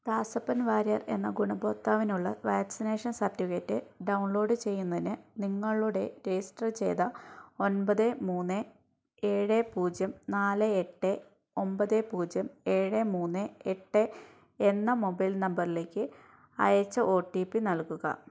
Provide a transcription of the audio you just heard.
ദാസപ്പൻ വാര്യർ എന്ന ഗുണഭോക്താവിനുള്ള vaccination certificate download ചെയ്യുന്നതിന് നിങ്ങളുടെ രജിസ്റ്റർ ചെയ്ത ഒൻപത് മൂന്ന് ഏഴ് പൂജ്യം നാല് എട്ട് ഒൻപത് പൂജ്യം ഏഴ് മൂന്ന് എട്ട് എന്ന മൊബൈൽ നമ്പറിലേക്ക് അയച്ച ഒ ടി പി നൽകുക